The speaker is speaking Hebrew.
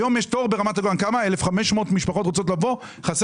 היום יש ברמת הגולן תור של 1,500 משפחות שרוצות לבוא ואין